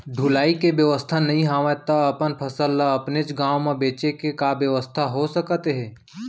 ढुलाई के बेवस्था नई हवय ता अपन फसल ला अपनेच गांव मा बेचे के का बेवस्था हो सकत हे?